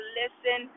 listen